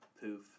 poof